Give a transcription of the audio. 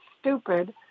stupid